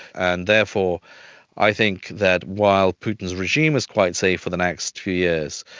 and therefore i think that while putin's regime is quite safe for the next few years,